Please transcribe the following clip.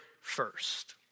first